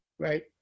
right